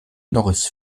norris